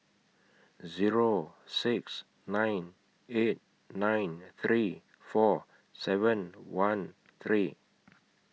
Zero six nine eight nine three four seven one three